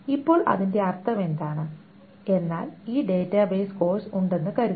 ഇപ്പോൾ അതിന്റെ അർത്ഥമെന്താണ് എന്നാൽ ഈ ഡാറ്റാബേസ് കോഴ്സ് ഉണ്ടെന്ന് കരുതുക